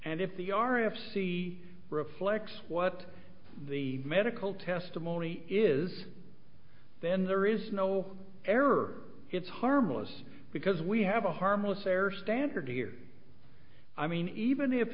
and if the r f c reflects what the medical testimony is then there is no error it's harmless because we have a harmless error standard here i mean even if